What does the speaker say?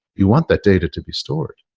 you want that data to be stored.